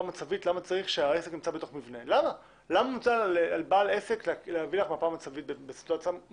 למה מוטל על בעל עסק להביא מפה מצבית כשהעסק נמצא בתוך מבנה?